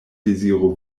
deziro